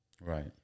Right